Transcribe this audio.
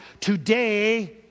today